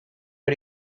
how